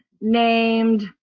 named